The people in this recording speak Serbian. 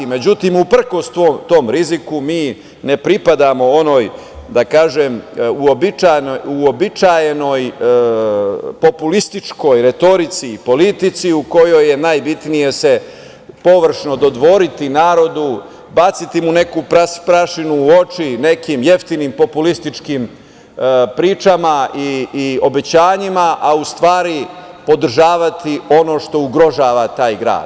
Međutim, uprkos tom riziku mi ne pripadamo onoj uobičajenoj populističkoj retorici i politici u kojoj je najbitnije površno se dodvoriti narodu, baciti mu neku prašinu u oči nekim jeftinim populističkim pričama i obećanjima, a u stvari podržavati ono što ugrožava taj grad.